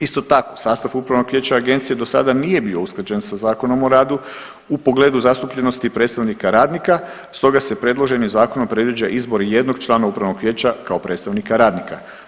Isto tako, sastav Upravnog vijeća Agencije do sada nije bio usklađen sa Zakonom o radu u pogledu zastupljenosti predstavnika radnika, stoga se predloženim zakonom predviđa izbor jednog člana Upravnog vijeća kao predstavnika radnika.